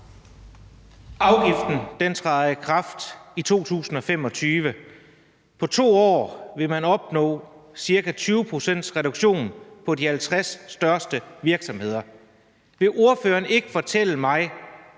Afgiften træder i kraft i 2025. På 2 år vil man opnå ca. 20 pct.s reduktion på de 50 største virksomheder. Vil ordføreren ikke fortælle mig,